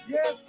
Yes